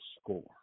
score